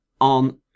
on